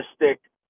realistic